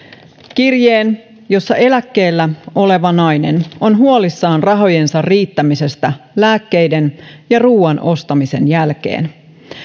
kirjeen jossa eläkkeellä oleva nainen on huolissaan rahojensa riittämisestä lääkkeiden ja ruoan ostamisen jälkeen